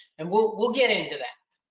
and we'll we'll get into that.